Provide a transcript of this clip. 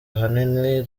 ahanini